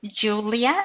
Julia